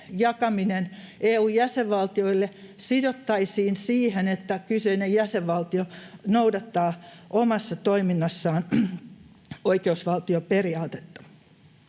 EU:n jäsenvaltioille sidottaisiin siihen, että kyseinen jäsenvaltio noudattaa omassa toiminnassaan oikeusvaltioperiaatetta.